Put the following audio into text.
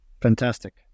Fantastic